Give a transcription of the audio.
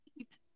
eat